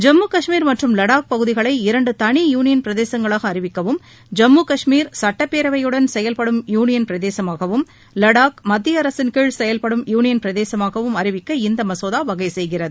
ஜம்மு கஷ்மீர் மற்றும் லடாக் பகுதிகளை இரண்டு தனி யூனியன் பிரதேசங்களாக அறிவிக்கவும் ஜம்மு கஷ்மீர் சட்டப்பேரவையுடன் செயல்படும் யூளியன் பிரதேசமாகவும் லடாக் மத்திய அரசின் கீழ் செயல்படும் யூனியன் பிரதேசமாகவும் அறிவிக்க இம்மசோதா வகை செய்கிறது